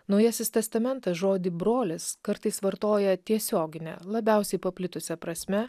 naujasis testamentas žodį brolis kartais vartoja tiesiogine labiausiai paplitusia prasme